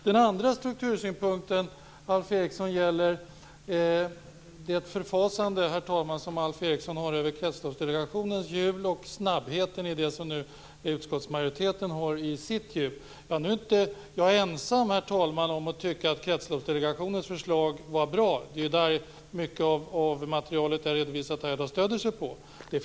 Den andra struktursynpunkten gäller att Alf Eriksson förfasar sig över Kretsloppsdelegationens hjul och snabbheten i det som utskottsmajoriteten har i sitt hjul. Jag är inte ensam om att tycka att Kretsloppsdelegationens förslag var bra. Mycket av det material som jag har redovisat stöder sig på det förslaget.